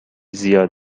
زیاد